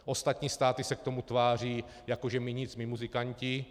Ostatní státy se k tomu tváří jako že my nic, my muzikanti.